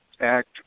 act